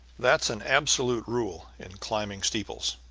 that's an absolute rule in climbing steeples